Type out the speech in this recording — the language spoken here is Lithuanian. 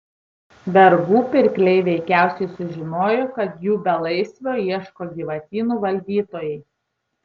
vergų pirkliai veikiausiai sužinojo kad jų belaisvio ieško gyvatyno valdytojai